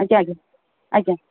ଆଜ୍ଞା ଆଜ୍ଞା ଆଜ୍ଞା